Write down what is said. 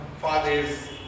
father's